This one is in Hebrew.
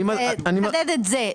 תחדד את זה.